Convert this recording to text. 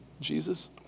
Jesus